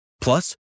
Plus